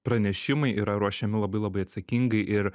pranešimai yra ruošiami labai labai atsakingai ir